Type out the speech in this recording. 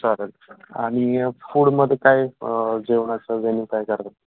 चालेल आणि फूड मध्ये काय जेवणाचं मेनू काय कराल